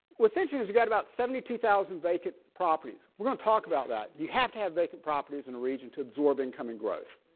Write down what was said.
essentially it's got about seventy two thousand vacant properties. we're gonna talk about that. you have to have vacant properties in region to absorb incoming growth.